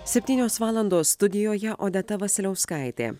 septynios valandos studijoje odeta vasiliauskaitė